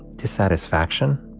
dissatisfaction